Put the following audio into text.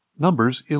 Numbers